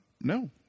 no